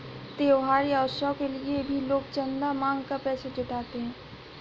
त्योहार या उत्सव के लिए भी लोग चंदा मांग कर पैसा जुटाते हैं